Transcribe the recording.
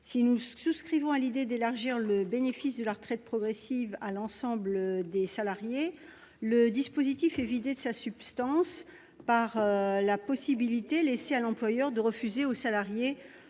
Si nous souscrivons à l'idée d'élargir le bénéfice de la retraite progressive à l'ensemble des assurés, le dispositif est vidé de sa substance par la possibilité laissée à l'employeur de refuser aux salariés